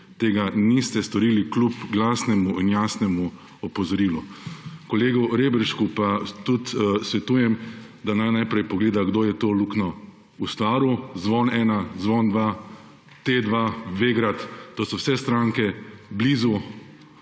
Tega niste storili kljub glasnemu in jasnemu opozorilu. Kolegu Reberšku pa tudi svetujem, da naj najprej pogleda, kdo je to luknjo ustvaril. Zvon 1, Zvon 1, T-2, Vegrad, to so vse stranke blizu